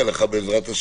מציאות, נינא.